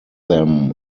them